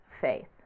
faith